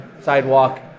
sidewalk